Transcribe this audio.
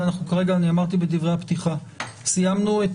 אני אמרתי בדברי הפתיחה שסיימנו את